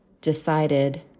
decided